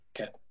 Okay